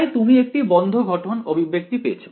তাই তুমি একটি বন্ধ গঠন অভিব্যক্তি পেয়েছ